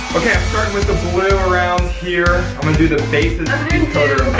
okay i'm starting with the blue around here. i'm gonna do the base in the color